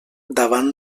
davant